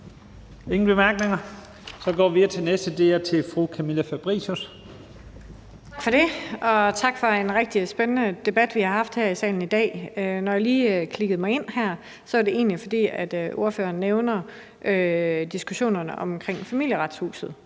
det er fru Camilla Fabricius. Kl. 11:31 Camilla Fabricius (S): Tak for det. Og tak for den rigtig spændende debat, vi har haft her i salen i dag. Når jeg lige klikkede mig ind her, er det egentlig, fordi ordføreren nævner diskussionerne omkring Familieretshuset.